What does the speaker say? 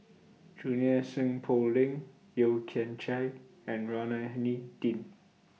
Junie Sng Poh Leng Yeo Kian Chye and Rohani Din